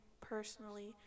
personally